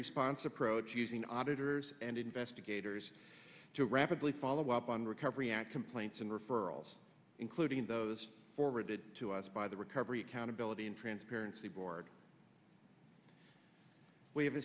response approach using auditors and investigators to rapidly follow up on recovery and complaints and referrals including those forwarded to us by the recovery countability and transparency board w